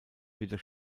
wieder